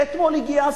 ואתמול הגיע השיא.